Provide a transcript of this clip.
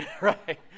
Right